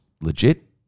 legit